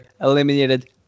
eliminated